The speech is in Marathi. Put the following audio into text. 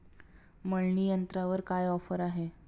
मळणी यंत्रावर काय ऑफर आहे?